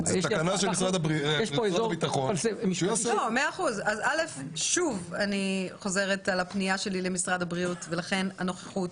אני שוב חוזר על פנייתי למשרד הבריאות ולכן הנוכחות